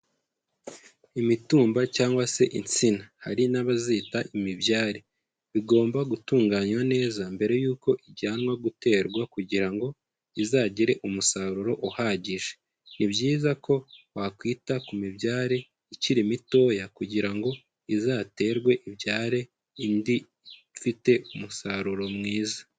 Imitumba cyangwa se insina, hari n'abazita imibyare. Bigomba gutunganywa neza mbere yuko ijyanwa guterwa kugira ngo izagire umusaruro uhagije. Ni byiza ko wakwita ku mibyare ikiri mitoya kugira ngo izaterwe ibyare indi ifite umusaruro mwiza.